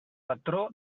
patró